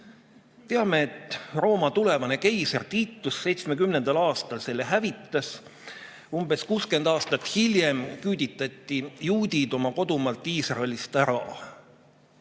Teame, et Rooma tulevane keiser Titus 70. aastal selle hävitas. Umbes 60 aastat hiljem küüditati juudid oma kodumaalt, Iisraelist ära.